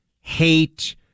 hate